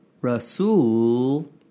Rasul